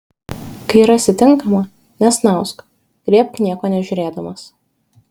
kai rasi tinkamą nesnausk griebk nieko nežiūrėdamas